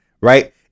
right